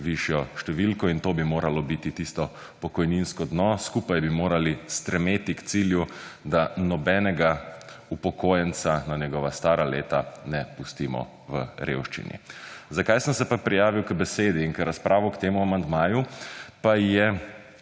višjo številko in to bi moralo biti tisto pokojninsko dno, skupaj bi morali strmeti k cilju, da nobenega upokojenca na njegova stara leta ne pustimo v revščini. Zakaj sem se pa prijavil k besedi in razpravo k temu amandmaju, pa je